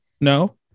no